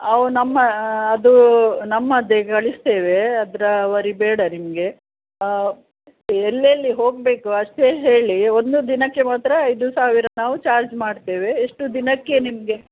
ಅವ ನಮ್ಮಾ ಅದೂ ನಮ್ಮದೆ ಕಳಿಸ್ತೇವೆ ಅದರ ವರಿ ಬೇಡ ನಿಮಗೆ ಎಲ್ಲೆಲ್ಲಿ ಹೋಗಬೇಕು ಅಷ್ಟೆ ಹೇಳಿ ಒಂದು ದಿನಕ್ಕೆ ಮಾತ್ರ ಐದು ಸಾವಿರ ನಾವು ಚಾರ್ಜ್ ಮಾಡ್ತೇವೆ ಎಷ್ಟು ದಿನಕ್ಕೆ ನಿಮಗೆ